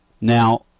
Now